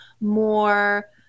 more